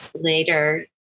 later